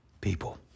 People